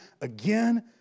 again